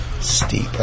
Steep